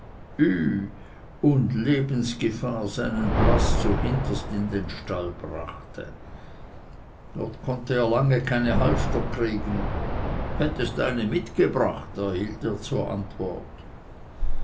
und lebensgefahr seinen blaß zuhinterst in den stall brachte dort konnte er lange keine halfter kriegen hättest eine mitgebracht erhielt er erst zur antwort